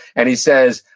and he says,